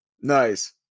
nice